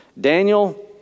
Daniel